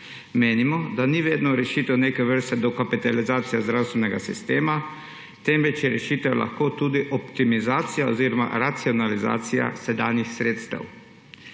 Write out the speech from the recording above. Menimo, da ni vedno rešitev neke vrste dokapitalizacija zdravstvenega sistema, temveč je rešitev lahko tudi optimizacija oziroma racionalizacija sedanjih sredstev.